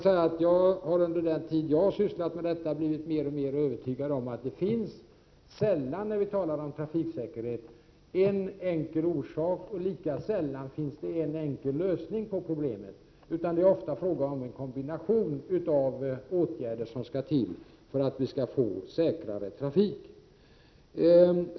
Jag har under den tid jag sysslat med dessa ting blivit mer och mer övertygad om att det sällan, när vi talar om trafiksäkerhet, finns en enkel orsak till problemen, och lika sällan finns en enkel lösning på problemen. Ofta är det fråga om en kombination av åtgärder som skall till för att vi skall få säkrare trafik.